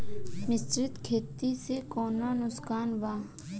मिश्रित खेती से कौनो नुकसान वा?